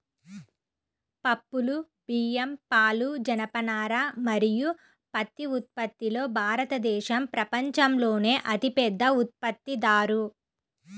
పప్పులు, బియ్యం, పాలు, జనపనార మరియు పత్తి ఉత్పత్తిలో భారతదేశం ప్రపంచంలోనే అతిపెద్ద ఉత్పత్తిదారు